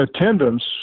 attendance